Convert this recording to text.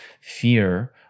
fear